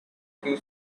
few